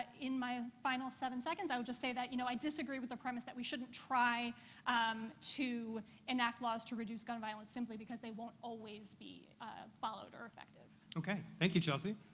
in my final seven seconds, i would just say that, you know, i disagree with the premise that we shouldn't try um to enact laws to reduce gun violence simply because they won't always be followed or effective. okay. thank you, chelsea.